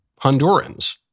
Hondurans